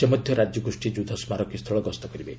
ସେ ମଧ୍ୟ ରାଜ୍ୟଗୋଷ୍ଠୀ ଯୁଦ୍ଧ ସମାଧି ସ୍ଥଳ ଗସ୍ତ କରିବେ